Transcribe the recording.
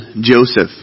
Joseph